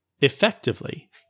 Effectively